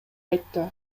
айтты